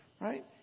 Right